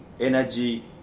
energy